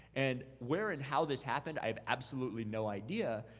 and where and how this happened, i have absolutely no idea.